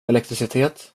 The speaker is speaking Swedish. elektricitet